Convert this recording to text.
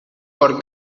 por